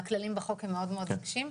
והכללים בחוק הם מאוד נוקשים.